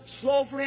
slowly